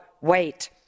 wait